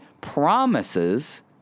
promises